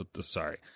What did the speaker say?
Sorry